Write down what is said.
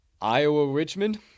Iowa-Richmond